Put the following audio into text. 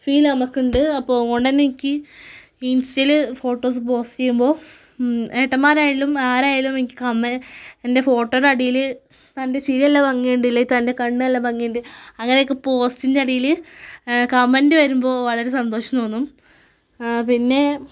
feel നമ്മൾക്ക് ഉണ്ട് അപ്പോൾ അത്കൊണ്ട് എനിക്ക് ഇൻസ്റ്റയിൽ ഫോട്ടോസ് പോസ്റ്റ് ചെയ്യുമ്പോൾ ഏട്ടന്മാരായാലും ആരായാലും എനിക്ക് കമേൻ്റ് എൻ്റെ ഫോട്ടോയുടെ അടിയിൽ തൻ്റെ ചിരിയെല്ലാം ഭംഗിയുണ്ട് അല്ലേ തൻ്റെ കണ്ണ് നല്ല ഭംഗിയുണ്ട് അങ്ങനെ ഒക്കെ പോസ്റ്റിൻ്റെ അടിയിൽ കമൻ്റ് വരുമ്പോൾ വളരെ സന്തോഷം തോന്നും പിന്നെ